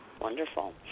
Wonderful